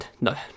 No